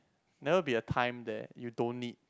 never be a time that you don't need